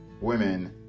women